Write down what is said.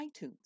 iTunes